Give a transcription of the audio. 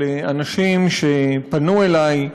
של אנשים שפנו אלי.